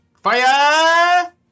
Fire